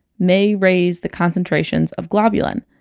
may raise the concentrations of globulin.